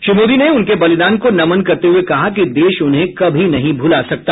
श्री मोदी ने उनके बलिदान को नमन करते हुए कहा कि देश उन्हें कभी नहीं भूला सकता